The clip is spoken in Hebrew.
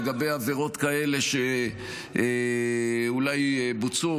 לגבי עבירות כאלה שאולי בוצעו,